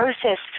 processed